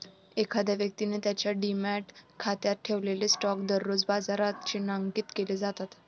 एखाद्या व्यक्तीने त्याच्या डिमॅट खात्यात ठेवलेले स्टॉक दररोज बाजारात चिन्हांकित केले जातात